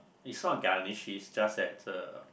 it's not garnish it's just that uh